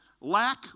lack